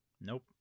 Nope